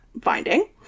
finding